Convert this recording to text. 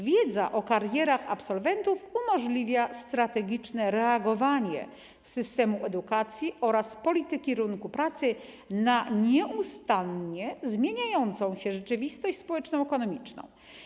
Wiedza o karierach absolwentów umożliwia strategiczne reagowanie systemu edukacji oraz polityki rynku pracy na nieustannie zmieniającą się rzeczywistość społeczno-ekonomiczną.